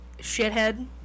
shithead